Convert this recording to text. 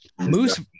Moose